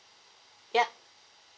ya